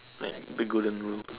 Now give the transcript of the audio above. like big golden rule